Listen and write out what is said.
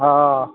हाँ